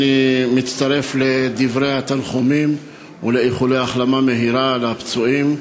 אני מצטרף לדברי התנחומים ולאיחולי החלמה מהירה לפצועים.